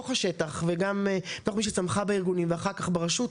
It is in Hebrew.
בתוך השטח ובטח כמי שצמחה בארגונים ואחר כך ברשות,